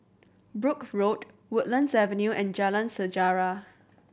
Brooke Road Woodlands Avenue and Jalan Sejarah